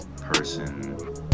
person